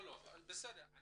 בסדר.